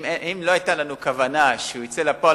אם לא היתה לנו כוונה שהוא יצא לפועל,